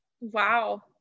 wow